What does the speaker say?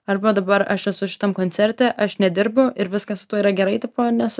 arba dabar aš esu šitam koncerte aš nedirbu ir viskas su tuo yra gerai tipo nes